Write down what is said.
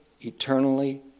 eternally